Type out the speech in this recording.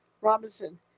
Robinson